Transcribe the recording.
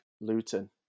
Luton